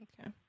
Okay